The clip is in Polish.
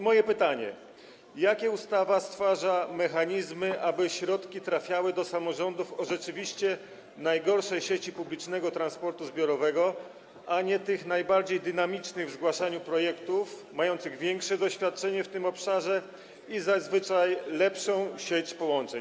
Moje pytanie: Jakie ustawa stwarza mechanizmy, aby środki trafiały do samorządów o rzeczywiście najgorszej sieci publicznego transportu zbiorowego, a nie tych najbardziej dynamicznych w zgłaszaniu projektów, mających większe doświadczenie w tym obszarze i zazwyczaj lepszą sieć połączeń?